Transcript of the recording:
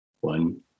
One